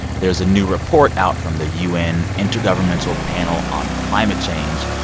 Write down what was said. there's a new report out from the u n. intergovernmental panel on climate change.